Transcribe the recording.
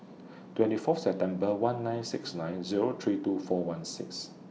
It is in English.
twenty Fourth September one nine six nine Zero three two four one six